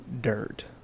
dirt